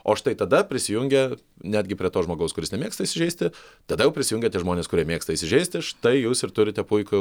o štai tada prisijungia netgi prie to žmogaus kuris nemėgsta įsižeisti tada jau prisijungia tie žmonės kurie mėgsta įsižeisti štai jūs ir turite puikų